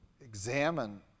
examine